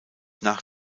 nach